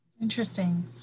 Interesting